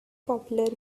popular